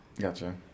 Gotcha